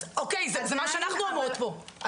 זה מה שאנחנו אומרות פה,